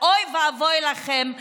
ואוי ואבוי לכם,